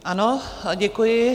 Ano, děkuji.